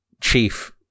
chief